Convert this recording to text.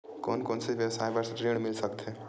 कोन कोन से व्यवसाय बर ऋण मिल सकथे?